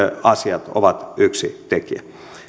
asiat ovat yksi tekijä